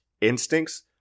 Instincts